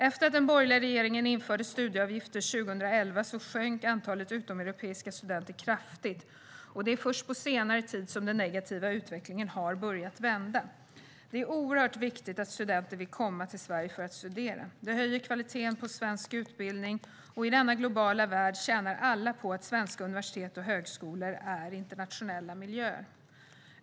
Efter att den borgerliga regeringen införde studieavgifter 2011 sjönk antalet utomeuropeiska studenter kraftigt, och det är först på senare tid som den negativa utvecklingen har börjat vända. Det är oerhört viktigt att studenter vill komma till Sverige för att studera. Det höjer kvaliteten på svensk utbildning, och i denna globala värld tjänar alla på att svenska universitet och högskolor är internationella miljöer.